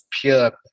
pure